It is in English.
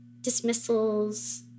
dismissals